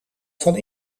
van